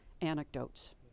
anecdotes